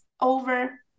over